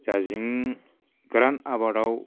जायजों गोरान आबादआव